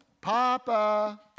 Papa